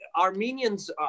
Armenians